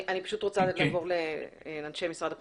אני פשוט רוצה לעבור לאנשי משרד הפנים.